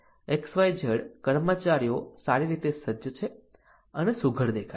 XYZ કર્મચારીઓ સારી રીતે સજ્જ છે અને સુઘડ દેખાય છે